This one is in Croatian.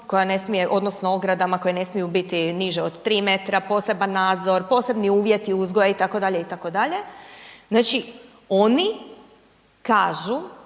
odnosno, ogradama, koje ne smiju biti niže od 3 m, poseban nadzor posebni uvjeti uzgoja itd. itd. Znači oni kažu